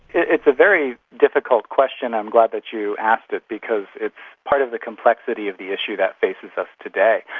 it's a very difficult question. i'm glad that you asked it, because it's part of the complexity of the issue that faces us today.